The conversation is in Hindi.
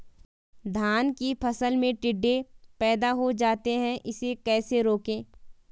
धान की फसल में टिड्डे पैदा हो जाते हैं इसे कैसे रोकें?